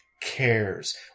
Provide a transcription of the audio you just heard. cares